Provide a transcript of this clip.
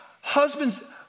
husbands